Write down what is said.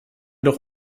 doch